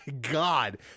God